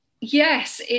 yes